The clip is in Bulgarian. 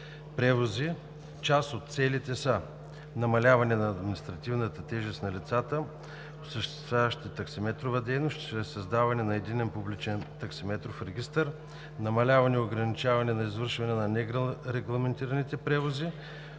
превози част от целите са: намаляване на административната тежест на лицата, осъществяващи таксиметрова дейност, чрез създаването на единен публичен таксиметров регистър; намаляване и ограничаване на извършване на нерегламентираните превози;